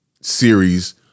series